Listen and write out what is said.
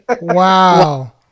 Wow